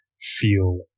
feel